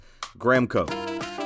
Gramco